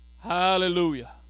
Hallelujah